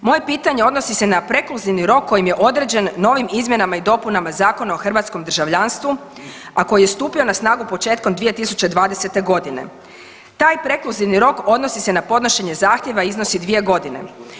Moje pitanje odnosi se na prekluzivni rok kojim je određen novim izmjenama i dopunama Zakona o hrvatskom državljanstvu, a koji je stupio na snagu početkom 2020. g. Taj prekluzivni rok odnosi se na podnošenje zahtjeva iznosi 2 godine.